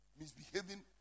misbehaving